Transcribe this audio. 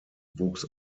wuchs